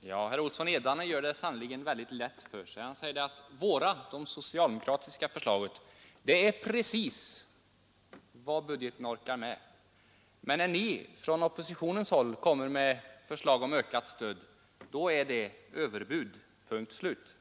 Fru talman! Herr Olsson i Edane gör det sannerligen lätt för sig! Han säger att det socialdemokratiska förslaget är precis vad budgeten orkar med, och när vi från oppositionens håll kommer med förslag om ökat stöd kallar han det för överbud. Punkt och slut.